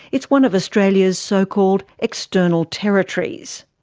it's one of australia's so called external territories.